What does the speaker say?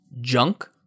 junk